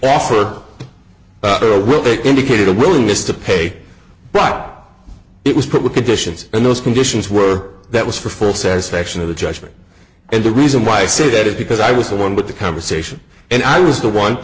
offer or will they indicated a willingness to pay but it was put with conditions and those conditions were that was for full satisfaction of the judgment and the reason why i said it because i was the one with the conversation and i was the one